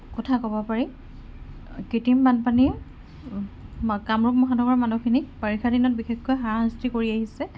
কথা ক'ব পাৰি কৃত্ৰিম বানপানী কামৰূপ মহানগৰৰ মানুহখিনিক বাৰিষাদিনত বিশেষকৈ হাৰাশাস্তি কৰি আহিছে